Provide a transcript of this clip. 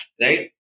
right